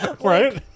Right